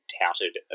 touted